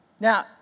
Now